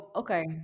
okay